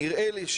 נראה לי,